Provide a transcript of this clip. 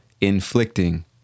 Inflicting